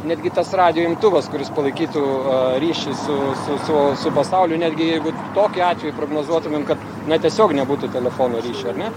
netgi tas radijo imtuvas kuris palaikytų ryšį su su su su pasauliu netgi jeigu tokiu atveju prognozuotumėm kad na tiesiog nebūtų telefono ryšio ar ne